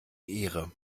ehre